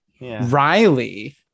Riley